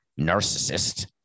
narcissist